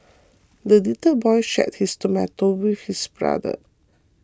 the little boy shared his tomato with his brother